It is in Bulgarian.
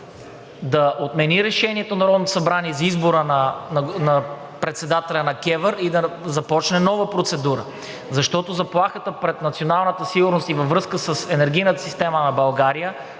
да отмени решението на Народното събрание за избора на председателя на КЕВР и да започне нова процедура, защото заплахата пред националната сигурност и във връзка с енергийната система на България